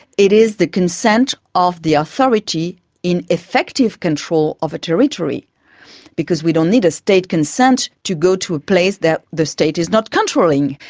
it is the consent of the authority in effective control of a territory because we don't need a state consent to go to a place that the state is not controlling,